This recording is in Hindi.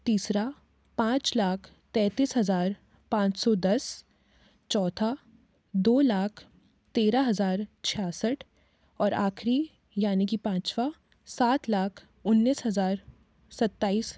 तीसरा पाँच लाख तैंतीस हज़ार पाँच सौ दस चौथा दो लाख तेरह हज़ार छियासठ और आख़िरी यानी कि पाँचवां सात लाख उन्नीस हज़ार सत्ताईस